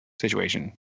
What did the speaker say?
situation